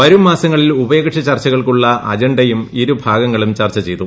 വരും മാസങ്ങളിൽ ഉഭയകക്ഷി ചർച്ചകൾക്കുള്ള അജണ്ടയും ഇരുഭാഗങ്ങളും ചർച്ച ചെയ്തു